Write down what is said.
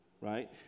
Right